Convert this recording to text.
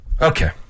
Okay